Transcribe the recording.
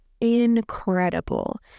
Incredible